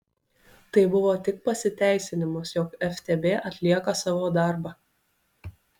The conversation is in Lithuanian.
tai buvo tik pasiteisinimas jog ftb atlieka savo darbą